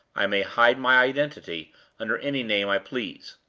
i may hide my identity under any name i please.